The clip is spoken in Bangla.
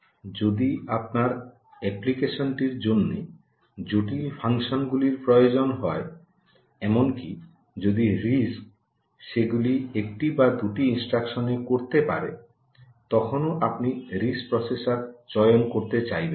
যদি আপনার অ্যাপ্লিকেশনটির জন্য জটিল ফাংশনগুলির প্রয়োজন হয় এমনকি যদি আরআইএসসি সেগুলি একটি বা দুটি ইনস্ট্রাকশনে করতে পারে তখনো আপনি আরআইএসসি প্রসেসর চয়ন করতে চাইবেন না